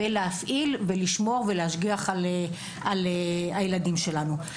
ולהפעיל ולמשור ולהשגיח על הילדים שלנו.